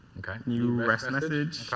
okay. new rest image.